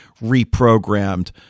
reprogrammed